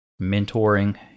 mentoring